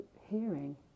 hearing